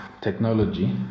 technology